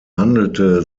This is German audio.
handelte